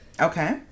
Okay